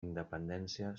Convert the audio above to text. independència